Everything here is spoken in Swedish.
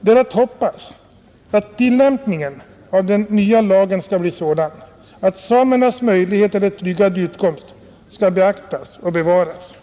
Det är att hoppas att tillämpningen av den nya lagen kommer att bli sådan att samernas möjligheter till en tryggad utkomst beaktas och bevaras,